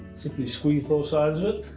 simply squeeze both sides of it.